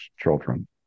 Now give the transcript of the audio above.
children